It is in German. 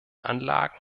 anlagen